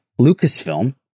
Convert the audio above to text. Lucasfilm